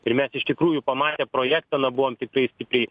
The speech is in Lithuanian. ir mes iš tikrųjų pamatę projektą na buvom stipriai